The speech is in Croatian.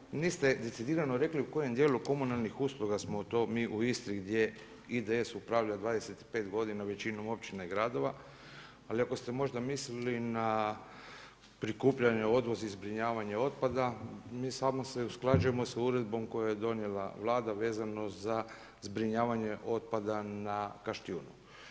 Kolega Pernar, niste decidirano rekli u kojem dijelu komunalnih usluga smo to mi u Istri gdje IDS upravlja 25 godina većinom općina i gradova, ali ako ste možda mislili prikupljanje, odvoz i zbrinjavanje otpada mi samo se usklađujemo sa uredbom koju je donijela Vlada vezano za zbrinjavanje otpada na Kaštijunu.